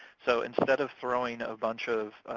so instead of throwing a bunch of